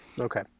Okay